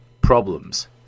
problems